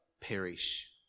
perish